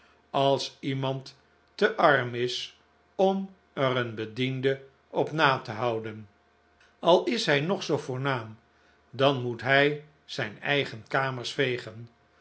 als iemand te arm is om er een bediende op na te houden al is hij nog zoo voornaam dan moet hij zijn eigen kamers vegen